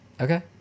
Okay